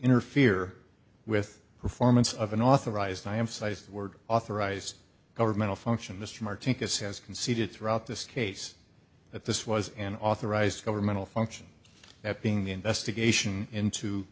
interfere with performance of an authorized i am sized word authorized governmental function mr martinkus has conceded throughout this case that this was an authorized governmental function that being the investigation into